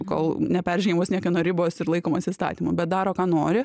kol neperžengiamos niekieno ribos ir laikomasi įstatymų bet daro ką nori